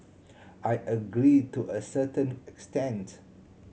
I agree to a certain extent